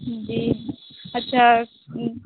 जी अच्छा